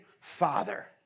Father